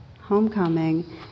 homecoming